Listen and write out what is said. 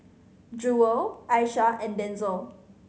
Jewell Aisha and Denzell